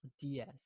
ds